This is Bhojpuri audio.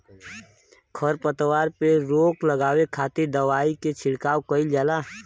खरपतवार पे रोक लगावे खातिर दवाई के छिड़काव कईल जाला